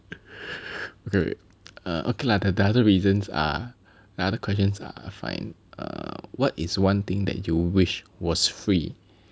okay okay lah the the other reasons are the other questions are fine what is one thing that you wish was free